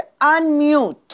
unmute